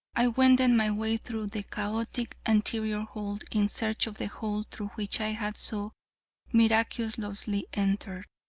i wended my way through the chaotic anterior hall in search of the hole through which i had so miraculously entered.